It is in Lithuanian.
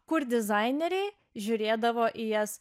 kur dizaineriai žiūrėdavo į jas